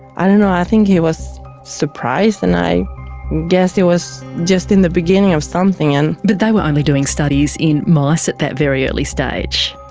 i don't know, i think he was surprised and i guess he was just in the beginning of something. but they were only doing studies in mice at that very early stage.